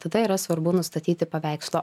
tada yra svarbu nustatyti paveikslo